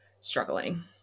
struggling